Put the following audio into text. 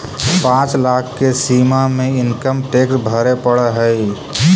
पाँच लाख के सीमा में इनकम टैक्स भरे पड़ऽ हई